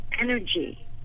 energy